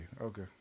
okay